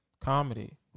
comedy